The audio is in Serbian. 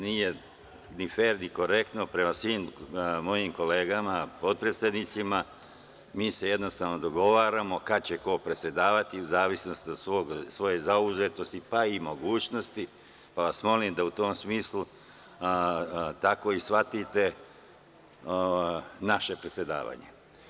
Nije ni fer ni korektno prema svim mojim kolegama potpredsednicima, mi se jednostavno dogovaramo kada će ko predsedavati u zavisnosti od svoje zauzetosti, pa i mogućnosti, pa vas molim da u tom smislu tako i shvatite naše predsedavanje.